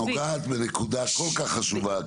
את נוגעת בנקודה כל כך חשובה,